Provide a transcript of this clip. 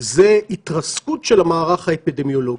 זו התרסקות של המערך האפידמיולוגי.